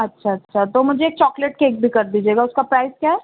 اچھا اچھا تو مجھے ایک چاکلیٹ کیک بھی کر دیجیے گا اس کا پرائز کیا ہے